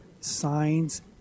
signs